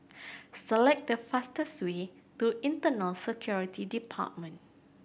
select the fastest way to Internal Security Department